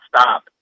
stop